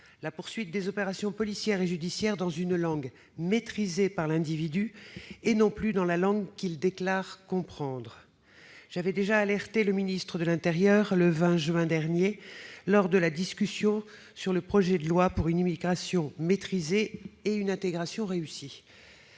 la poursuite des opérations policières et judiciaires dans une langue maîtrisée par l'individu, et non plus dans la langue qu'il déclare comprendre. J'avais déjà alerté le ministre de l'intérieur, le 20 juin dernier, lors de la discussion du projet de loi pour une immigration maîtrisée, un droit d'asile